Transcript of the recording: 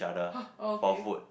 !huh! oh okay